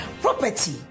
Property